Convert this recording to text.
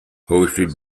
hosted